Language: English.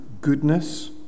goodness